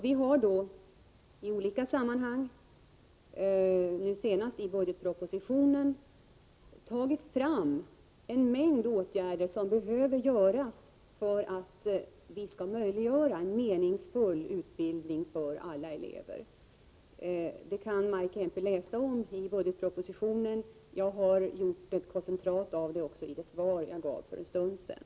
Vi har i olika sammanhang, nu senast i budgetpropositionen, föreslagit en mängd åtgärder som behöver vidtas för att vi skall kunna möjliggöra en meningsfull utbildning för alla elever. Det kan Maj Kempe läsa om i budgetpropositionen. Jag har också gjort ett koncentrat av detta i det svar Nr 143 som jag gav för en stund sedan.